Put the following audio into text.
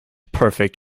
perfect